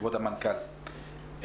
כבוד המנכ"ל,